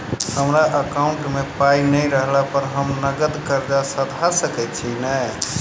हमरा एकाउंट मे पाई नै रहला पर हम नगद कर्जा सधा सकैत छी नै?